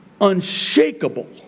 unshakable